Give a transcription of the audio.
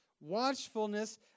watchfulness